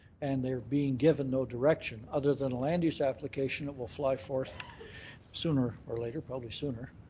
and they are being given no direction, other than a land use application that will fly forth sooner or later, probably sooner,